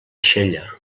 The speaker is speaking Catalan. xella